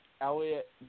Elliot